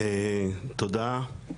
תודה.